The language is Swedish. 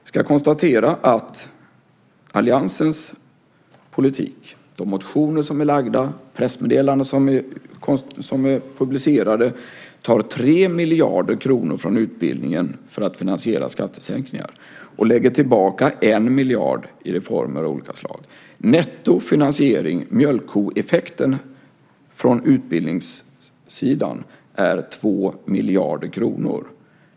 Jag kan konstatera att alliansens politik - enligt de motioner som är väckta och de pressmeddelanden som är publicerade - tar 3 miljarder kronor från utbildningen för att finansiera skattesänkningar och lägger tillbaka 1 miljard i reformer av olika slag. Finansieringen netto, mjölkkoeffekten, är från utbildningssidan 2 miljarder kronor.